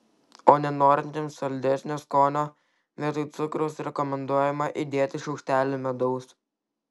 o norintiems saldesnio skonio vietoj cukraus rekomenduojama įdėti šaukštelį medaus